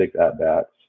at-bats